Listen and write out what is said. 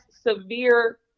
severe